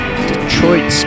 Detroit